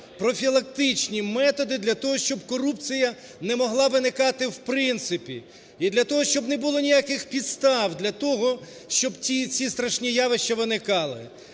профілактичні методи для того, щоб корупція не могла виникати в принципі, і для того, щоб не було ніяких підстав для того, щоб ті, ці страшні явища виникали.